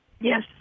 Yes